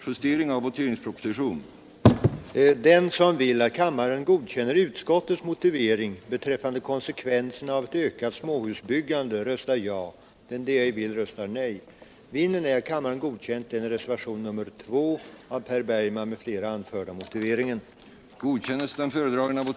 Målen för bostadspolitiken den det ej vill röstar nej. Konsekvenserna av ett ökat småhusbyggande den det ej vill röstar nej. :den det ej vill röstar nej. den det ej vill röstar nej. den det ej vill röstar nej. den det ej vill röstar nej. den det ej vill röstar nej.